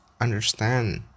understand